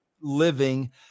living